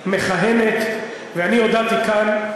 ממשלת הטרור מכהנת, ואני הודעתי כאן,